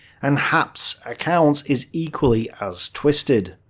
and haupt's account is equally as twisted.